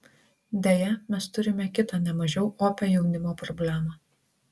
deja mes turime kitą ne mažiau opią jaunimo problemą